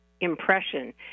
impression